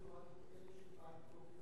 אז למה שלא תזמינו רק את אלה שפג תוקף רשיונם?